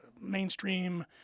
mainstream